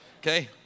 Okay